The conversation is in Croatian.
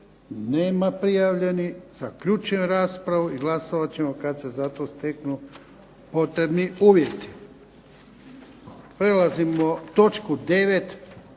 Nema prijavljenih. Zaključujem raspravu i glasovat ćemo za to steknu potrebni uvjeti. **Bebić, Luka